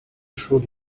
shrew